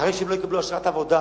אחרי שהם לא יקבלו אשרת עבודה